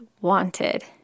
wanted